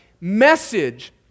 message